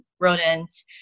rodents